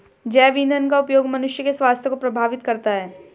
जैव ईंधन का उपयोग मनुष्य के स्वास्थ्य को प्रभावित करता है